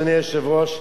אדוני היושב-ראש,